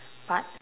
but